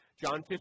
John